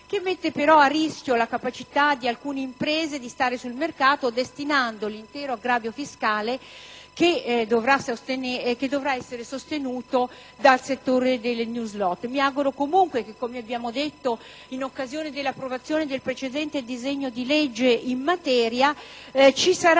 esso mette però a rischio la capacità di alcune imprese di stare sul mercato, destinandogli l'intero aggravio fiscale, che dovrà essere sostenuto dal settore delle *new slot*. Mi auguro, comunque, come abbiamo detto in occasione dell'approvazione del precedente disegno di legge in materia, che